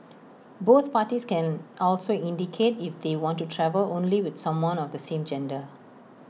both parties can also indicate if they want to travel only with someone of the same gender